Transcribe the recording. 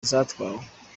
zatwawe